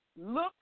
look